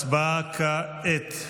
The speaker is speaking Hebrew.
הצבעה כעת.